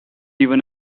even